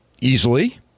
Easily